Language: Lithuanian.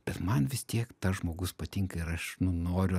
bet man vis tiek tas žmogus patinka ir aš nu noriu